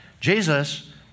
Jesus